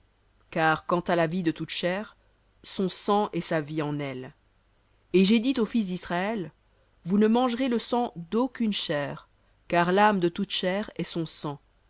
car quant à la vie de toute chair son sang est sa vie en elle et j'ai dit aux fils d'israël vous ne mangerez le sang d'aucune chair car l'âme